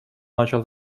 начал